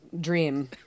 dream